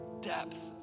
depth